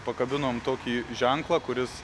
pakabinom tokį ženklą kuris